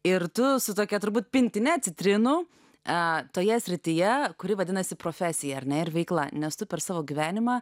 ir tu su tokia turbūt pintine citrinų e toje srityje kuri vadinasi profesija ar ne ir veikla nes tu per savo gyvenimą